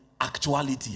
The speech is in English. actuality